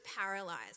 paralyzed